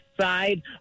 side